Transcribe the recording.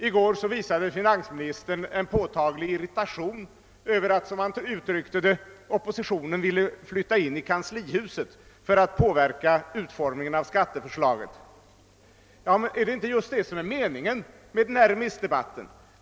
I går visade finansministern påtaglig irritation över att, som han uttryckte det, oppositionen ville flytta in i kanslihuset för att påverka utformningen av skatteförslaget. Men är det inte just det som är meningen med remissdebatten?